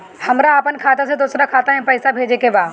हमरा आपन खाता से दोसरा खाता में पइसा भेजे के बा